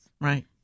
right